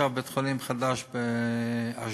בונים עכשיו בית-חולים חדש באשדוד,